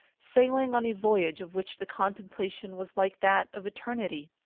sailing on a voyage of which the contemplation was like that of eternity.